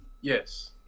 yes